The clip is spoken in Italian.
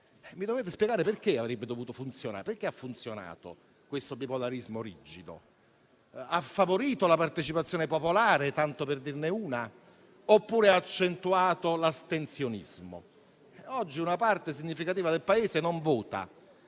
Mi dovete spiegare perché avrebbe funzionato questo bipolarismo rigido: ha favorito la partecipazione popolare, tanto per dirne una, oppure ha accentuato l'astensionismo? Oggi una parte significativa del Paese non vota.